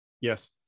Yes